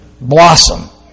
Blossom